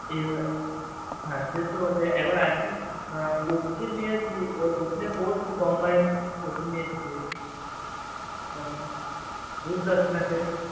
হ্যাঁ সে তো বটেই এবার এখন কোচিঙ নিয়েছি এবার কোচিঙে পড়ছি কম্বাইন্ড কোচিঙ নিয়েছি দিয়ে এখন বুঝতে পারছি না